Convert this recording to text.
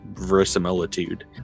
verisimilitude